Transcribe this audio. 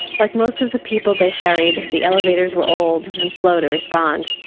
like most of the people they ferried, the elevators were old and slow to respond.